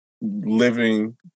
living